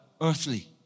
earthly